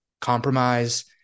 compromise